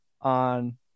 on